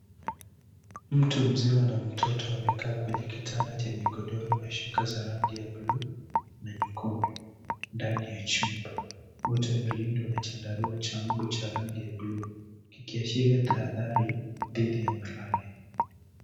Mtu mzima na mtoto wamekaa kwenye kitanda chenye godoro na shuka za rangi ya bulu na nyekundu ndani ya chumba. Wote wamelindwa na chandarua cha mbu cha rangi ya buluu kikiashiria tahadhari dhidi ya malaria.